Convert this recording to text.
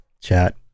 chat